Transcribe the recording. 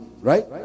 right